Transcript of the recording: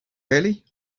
really